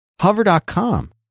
Hover.com